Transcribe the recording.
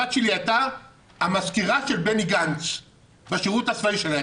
הבת שלי הייתה המזכירה של בני גנץ בשירות הצבאי שלה,